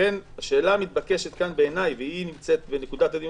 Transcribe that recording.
לכן השאלה המתבקשת כאן בעיניי והיא נמצאת בנקודת הדיון